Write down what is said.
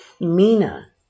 Mina